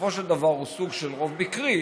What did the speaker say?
שבסופו של דבר הוא סוג של רוב מקרי,